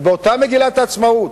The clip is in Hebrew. ובאותה מגילת העצמאות,